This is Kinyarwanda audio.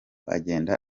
agenda